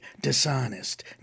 dishonest